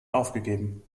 aufgegeben